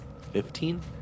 Fifteen